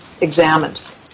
examined